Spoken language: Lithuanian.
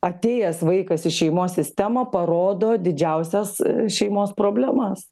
atėjęs vaikas į šeimos sistemą parodo didžiausias šeimos problemas